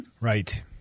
Right